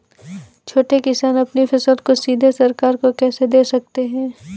छोटे किसान अपनी फसल को सीधे सरकार को कैसे दे सकते हैं?